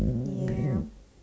ya